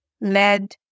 lead